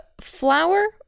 flour